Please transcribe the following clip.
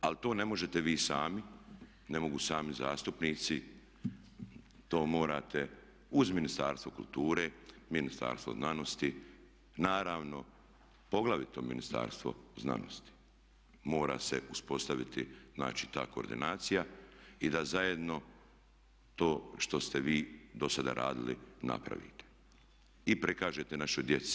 Ali to ne možete vi sami, ne mogu sami zastupnici to morate uz Ministarstvo kulture, Ministarstvo znanosti, naravno poglavito Ministarstvo znanosti mora se uspostaviti znači ta koordinacija i da zajedno to što ste vi dosada radili napravite i prikažete našoj djeci.